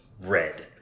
red